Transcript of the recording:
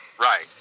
right